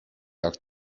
jak